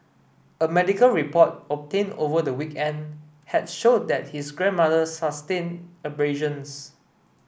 a medical report obtained over the weekend had showed that his grandmother sustained abrasions